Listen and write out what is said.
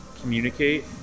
communicate